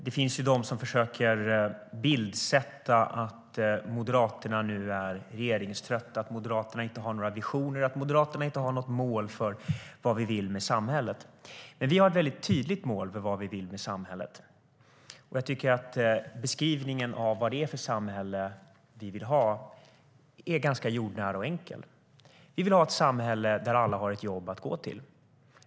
Det finns de som försöker bildsätta att Moderaterna är regeringströtta, att Moderaterna inte har några visioner och att Moderaterna inte har något mål för vad vi vill med samhället. Men Moderaterna har ett tydligt mål för vad vi vill med samhället. Beskrivningen av vad det är för samhälle vi vill ha är ganska jordnära och enkel. Vi vill ha ett samhälle där alla har ett jobb att gå till.